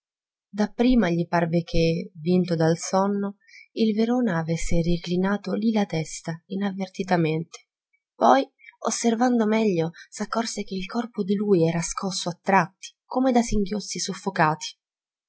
cadavere dapprima gli parve che vinto dal sonno il verona avesse reclinato lì la testa inavvertitamente poi osservando meglio s'accorse che il corpo di lui era scosso a tratti come da singhiozzi soffocati